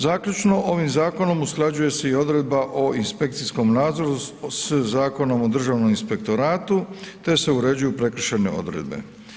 Zaključno ovim zakonom usklađuje se odredba o inspekcijskom nadzoru s Zakonom o Državnom inspektoratu te se uređuju prekršajne odredbe.